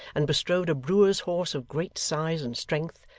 and bestrode a brewer's horse of great size and strength,